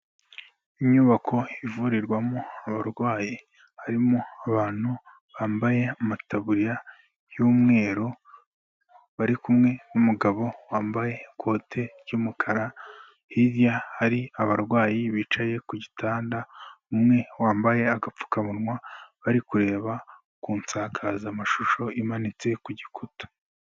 Inyubako ivurirwamo abarwayi, harimo abantu bambaye amataburiya y'umweru barikumwe'umugabo wambaye ikote ry'umukara, hirya hari abarwayi bicaye ku gitanda umwe wambaye agapfukamunwa bari kureba kunsakazamashusho imanitse ku gikuta.